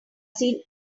seen